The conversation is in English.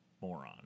moron